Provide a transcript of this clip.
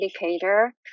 indicator